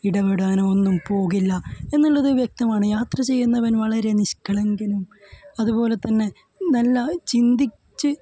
ഇടപെടാനോ ഒന്നും പോകില്ല എന്നുള്ളത് വ്യക്തമാണ് യാത്ര ചെയ്യുന്നവൻ വളരെ നിഷ്കളങ്കനും അതുപോലെ തന്നെ നല്ല ചിന്തിച്ച്